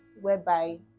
whereby